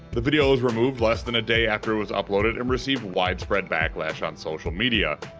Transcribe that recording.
the video was removed less than a day after it was uploaded and received widespread backlash on social media.